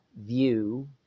view